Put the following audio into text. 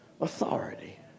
authority